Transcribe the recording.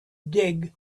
dig